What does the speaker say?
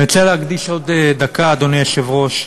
אני רוצה להקדיש עוד דקה, אדוני היושב-ראש,